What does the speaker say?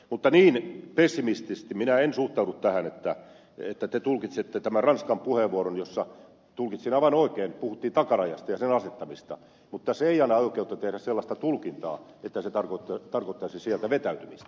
mutta niin pessimistisesti minä en suhtaudu tähän kuin te tulkitsette ranskan puheenvuoron jossa tulkintani mukaan aivan oikein puhuttiin takarajasta ja sen asettamisesta mutta se ei anna oikeutta tehdä sellaista tulkintaa että se tarkoittasi sieltä vetäytymistä